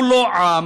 הוא לא עם,